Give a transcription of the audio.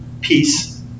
peace